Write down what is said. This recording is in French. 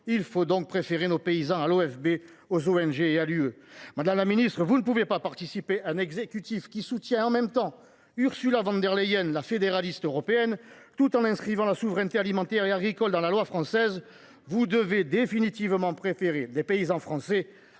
Il faut donc préférer nos paysans à l’OFB, aux ONG et à l’Union européenne. Madame la ministre, vous ne pouvez pas participer à un exécutif qui soutient Ursula von der Leyen, la fédéraliste européenne, « en même temps » qu’il inscrit la souveraineté alimentaire et agricole dans la loi française. Vous devez définitivement préférer les paysans français à la